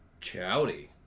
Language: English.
Chowdy